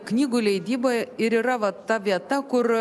knygų leidyba ir yra vat ta vieta kur